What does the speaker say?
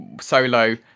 solo